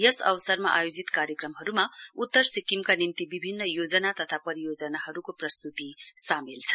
यस अवसरमा आयोजित कार्यक्रमहरूमा उत्तर सिक्किमका निम्ति विभिन्न योजना तथा परियोजनाहरूको प्रस्त्ती सामेल छन्